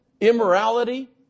immorality